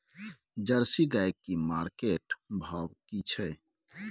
Jersey गाय की market भाव की छै?